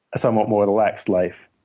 somewhat more relaxed life.